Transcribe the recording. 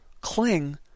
cling